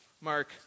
Mark